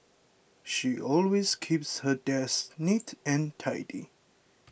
she always keeps her desk neat and tidy